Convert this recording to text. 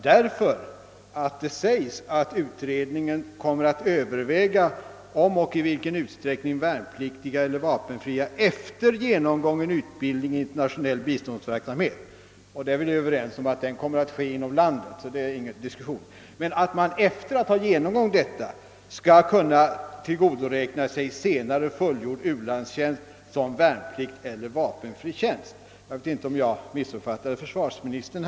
Det sägs nämligen i svaret att utredningen kommer att överväga om och i vilken utsträckning vapenfria värnpliktiga efter genomgången utbildning i internationell biståndsverksamhet — vi är väl överens om att denna kommer att ske inom landet — skall kunna tillgodoräkna sig fullgjord u-landstjänst såsom fullgjord vapenfri militärtjänst. Jag vet inte om jag i detta fall missuppfattade försvarsministern.